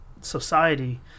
society